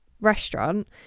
restaurant